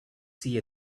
see